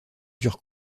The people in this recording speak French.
durent